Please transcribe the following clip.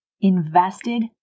invested